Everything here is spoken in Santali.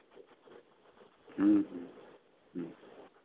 ᱦᱮᱸ ᱦᱮᱸ